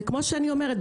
וכמו שאני אומרת,